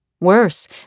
Worse